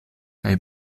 kaj